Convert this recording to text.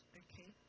okay